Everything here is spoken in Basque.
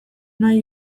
nahi